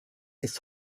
ist